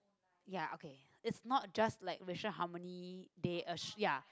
ya okay it's not just like Racial-Harmony-Day uh ya